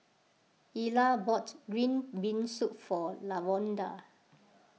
Ila bought Green Bean Soup for Lavonda